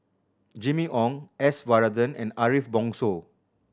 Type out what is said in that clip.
Jimmy Ong S Varathan and Ariff Bongso